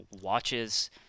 watches